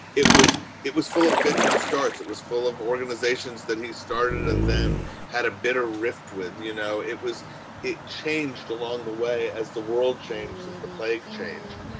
it was it was full of fits and starts. it was full of organizations that he started and then had a bitter rift with. you know, it was it changed along the way as the world changed, as the plague changed.